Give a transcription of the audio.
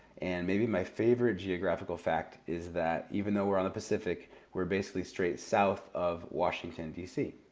and maybe my favorite geographical fact is that even though we're on the pacific we're basically straight south of washington, dc.